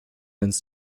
ins